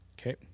Okay